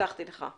הבטחתי לך.